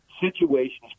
situations